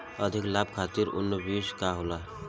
अधिक लाभ खातिर उन्नत बीज का होखे?